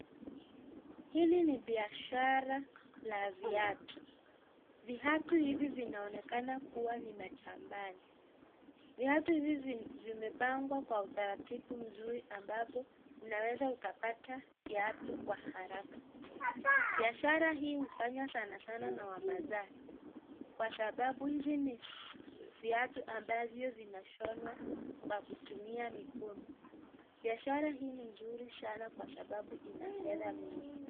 Hili ni biashara la viatu. Viatu hivi vinaonekana kuwa ni majabali viatu hivi vimepangwa kwa utaratibu mzuri ambapo unaweza ukapata kiatu kwa haraka. Biashara hii hufanywa sanasana na wamaasai kwa sababu hizi ni viatu ambavyo vinashonwa kwa kutumia mikono. Biashara hii ni mzuri sana kwa sababu ina fedha mingi.